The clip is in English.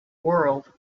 world